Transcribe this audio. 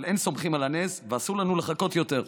אבל אין סומכים על הנס ואסור לנו לחכות יותר.